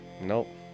nope